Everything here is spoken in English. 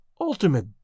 ultimate